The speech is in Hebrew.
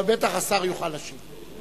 אבל בטח השר יוכל להשיב.